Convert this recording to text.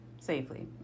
Safely